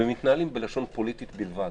ומתנהלים בלשון פוליטית בלבד.